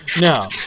No